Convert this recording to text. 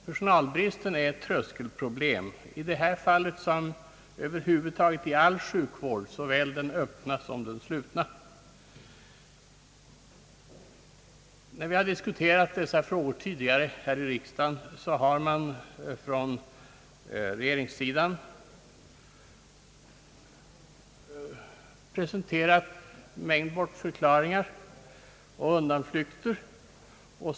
Personalbristen är ett tröskelproblem i all sjukvård, såväl den öppna som den slutna. När vi har diskuterat dessa frågor tidigare här i riksdagen har man från regeringssidan presenterat en mängd bortförklaringar och undanflykter.